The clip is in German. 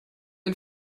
ihn